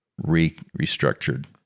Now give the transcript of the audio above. restructured